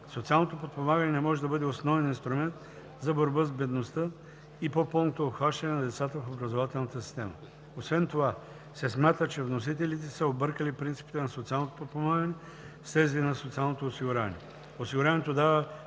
Социалното подпомагане не може да бъде основен инструмент за борба с бедността и по-пълното обхващане на децата в образователната система. Освен това тя смята, че вносителите са объркали принципите на социалното подпомагане с тези на социалното осигуряването.